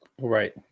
right